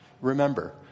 remember